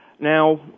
Now